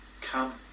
Come